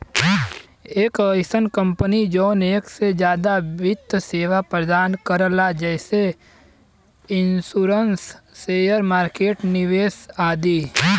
एक अइसन कंपनी जौन एक से जादा वित्त सेवा प्रदान करला जैसे इन्शुरन्स शेयर मार्केट निवेश आदि